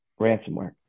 ransomware